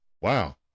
Wow